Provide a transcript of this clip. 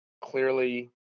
clearly